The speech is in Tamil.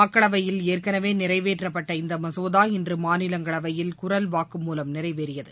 மக்களவையில் ஏற்கனவே நிறைவேற்றப்பட்ட இந்த மசோதா இன்று மாநிலங்களவையில் குரல் வாக்கு மூலம் நிறைவேறியது